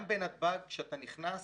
גם בנתב"ג, כשאתה נכנס,